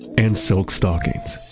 and silk stalkings.